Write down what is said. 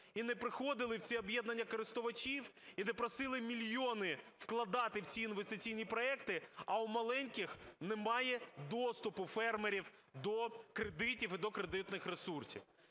і не приходили в ці об'єднання користувачів, і не просили мільйони вкладати в ці інвестиційні проекти, а у маленьких немає доступу, фермерів, до кредитів і до кредитних ресурсів.